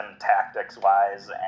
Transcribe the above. tactics-wise